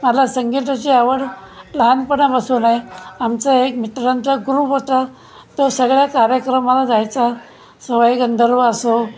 मला संगीताची आवड लहानपणापासून आहे आमचा एक मित्रांचा ग्रुप होता तो सगळ्या कार्यक्रमाला जायचा सवाई गंधर्व असो